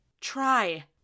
Try